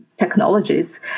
technologies